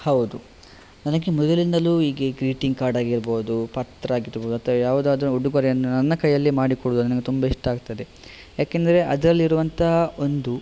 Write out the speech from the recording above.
ಹೌದು ನನಗೆ ಮೊದಲಿಂದಲೂ ಹೀಗೆ ಗ್ರೀಟಿಂಗ್ ಕಾರ್ಡ್ ಆಗಿರಬಹುದು ಪತ್ರ ಆಗಿರಬಹುದು ಅಥವಾ ಯಾವುದಾದರೂ ಉಡುಗೊರೆಯನ್ನು ನನ್ನ ಕೈಯಲ್ಲೇ ಮಾಡಿಕೊಡುವುದು ನನಗೆ ತುಂಬ ಇಷ್ಟ ಆಗ್ತದೆ ಯಾಕೆಂದ್ರೆ ಅದರಲ್ಲಿ ಇರುವಂಥ ಒಂದು